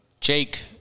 Jake